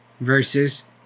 versus